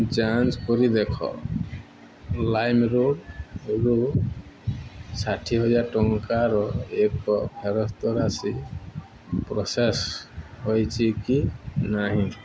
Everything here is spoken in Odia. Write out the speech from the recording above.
ଯାଞ୍ଚ କରି ଦେଖ ଲାଇମ୍ରୋଡ଼୍ରୁ ଷାଠିଏ ହଜାର ଟଙ୍କାର ଏକ ଫେରସ୍ତ ରାଶି ପ୍ରୋସେସ୍ ହୋଇଛି କି ନାହିଁ